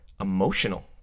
emotional